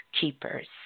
keepers